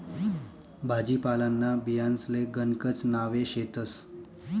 भाजीपालांना बियांसले गणकच नावे शेतस